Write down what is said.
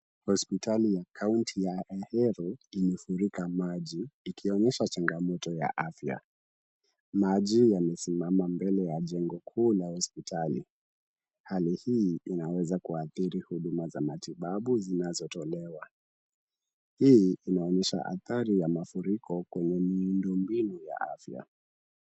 Hospitali ya county ya Ahero imefurika maji, ikionyesha changamoto ya afya. Maji yame simama mbele ya jengo kuu la hospitali. Hali hii inaweza kuathiri huduma za matibabu zinazo tolewa. Hii inaonyesha athari ya mafuriko kwenye miundombinu ya afya.